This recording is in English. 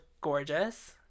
gorgeous